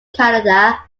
canada